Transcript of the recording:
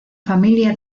familia